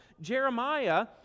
Jeremiah